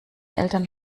eltern